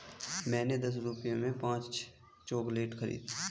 मैंने दस रुपए में पांच चॉकलेट खरीदी